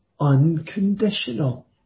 unconditional